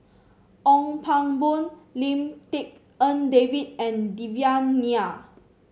Ong Pang Boon Lim Tik En David and Devan Nair